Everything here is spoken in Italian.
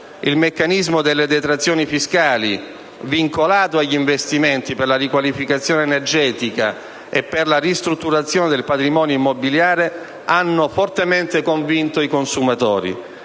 Il meccanismo delle detrazioni fiscali vincolato agli investimenti per la riqualificazione energetica e per la ristrutturazione del patrimonio immobiliare ha fortemente convinto i consumatori: